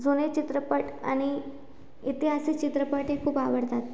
जुने चित्रपट आणि ऐतिहासिक चित्रपट हे खूप आवडतात